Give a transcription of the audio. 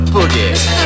Boogie